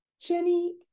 Jenny